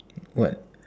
what